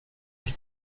ich